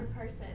person